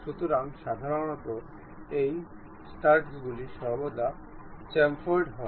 সুতরাং সাধারণত এই স্টাডগুলি সর্বদা চ্যামফার্ড হয়